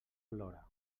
plora